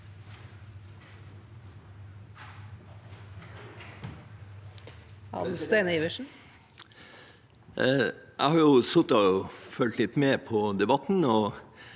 Jeg har sittet og fulgt litt med på debatten,